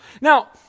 Now